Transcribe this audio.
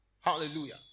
Hallelujah